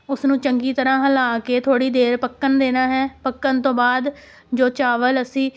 ਉਸ ਨੂੰ ਚੰਗੀ ਤਰ੍ਹਾਂ ਹਿਲਾ ਕੇ ਥੋੜ੍ਹੀ ਦੇਰ ਪੱਕਣ ਦੇਣਾ ਹੈ ਪੱਕਣ ਤੋਂ ਬਾਅਦ ਜੋ ਚਾਵਲ ਅਸੀਂ